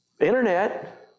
Internet